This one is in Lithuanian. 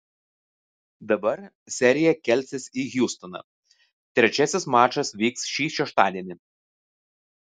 dabar serija kelsis į hjustoną trečiasis mačas vyks šį šeštadienį